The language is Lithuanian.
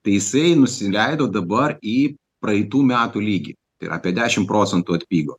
tai jisai nusileido dabar į praeitų metų lygį tai yra apie dešimt procentų atpigo